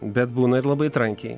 bet būna ir labai trankiai